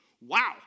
wow